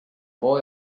boy